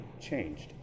changed